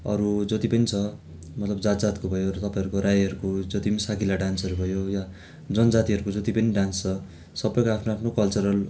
अरू जति पनि छ मतलब जात जातको भयो तपाईँहरूको राईहरूको जति पनि साकेला डान्सहरू भयो या जनजातिहरूको जति पनि डान्स छ सबैको आफ्नो आफ्नो कल्चरल